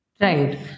right